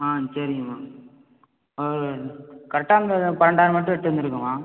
ஆ சரிங்கம்மா கரெக்டாக அந்த பன்னெண்டாயிரம் மட்டும் எடுத்து வந்துடுங்கம்மா